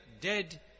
dead